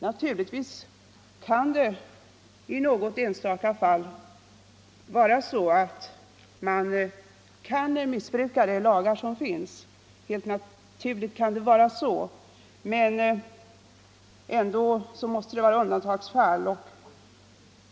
Naturligtvis kan man i något enstaka fall ha missbrukat de lagar som finns, men det måste då vara fråga om undantagsfall.